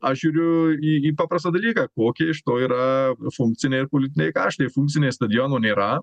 aš žiūriu į į paprastą dalyką kokia iš to yra funkciniai ir politiniai kaštai funkciniai stadiono nėra